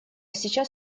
сейчас